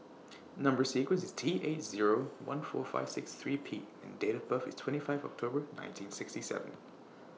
Number sequence IS T eight Zero one four five six three P and Date of birth IS twenty five October nineteen sixty seven